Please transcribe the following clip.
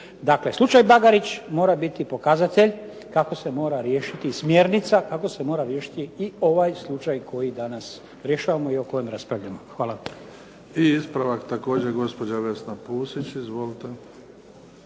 Dakle, slučaj Bagarić mora biti pokazatelj kako se mora riješiti, smjernica kako se mora riješiti i ovaj slučaj koji danas rješavamo i o kojem raspravljamo. Hvala. **Bebić, Luka (HDZ)** I ispravak također, gospođa Vesna Pusić. Izvolite.